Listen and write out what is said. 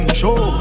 show